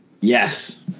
Yes